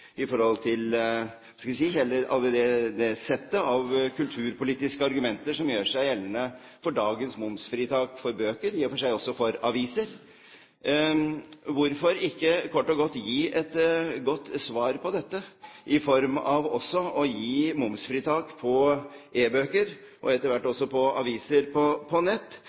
i forhold til – skal vi si – det settet av kulturpolitiske argumenter som gjør seg gjeldende for dagens momsfritak for bøker, og i og for seg også for aviser. Hvorfor ikke kort og godt gi et godt svar på dette i form av også å gi momsfritak på e-bøker og etter hvert også på aviser på nett